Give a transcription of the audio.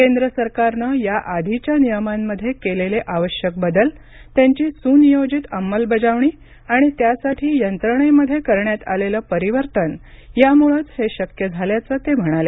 केंद्र सरकारनं या आधीच्या नियमांमध्ये केलेले आवश्यक बदल त्यांची सुनियोजित अंमलबजावणी आणि त्यासाठी यंत्रणेमध्ये करण्यात आलेलं परिवर्तन यामुळेच हे शक्य झाल्याचं ते म्हणाले